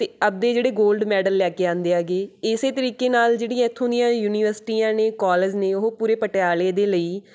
ਅਤੇ ਆਪਦੇ ਜਿਹੜੇ ਗੋਲਡ ਮੈਡਲ ਲੈ ਕੇ ਆਉਂਦੇ ਹੈਗੇ ਇਸ ਤਰੀਕੇ ਨਾਲ਼ ਜਿਹੜੀ ਇੱਥੋਂ ਦੀਆਂ ਯੂਨੀਵਰਸਿਟੀਆਂ ਨੇ ਕੋਲੇਜ ਨੇ ਉਹ ਪੂਰੇ ਪਟਿਆਲੇ ਦੇ ਲਈ